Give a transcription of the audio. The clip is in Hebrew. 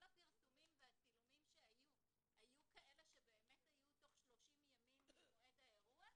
הפרסומים והצילומים שהיו היו כאלה שבאמת היו תוך 30 ימים ממועד האירוע?